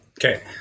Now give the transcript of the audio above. Okay